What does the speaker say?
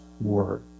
Word